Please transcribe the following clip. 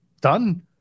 done